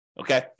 okay